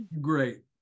great